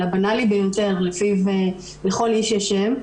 לבנאלי ביותר לפיו לכל איש יש שם,